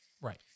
Right